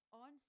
on